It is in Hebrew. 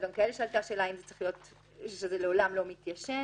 דברים כאלה שעלתה שאלה שזה לעולם לא מתיישן,